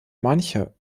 manche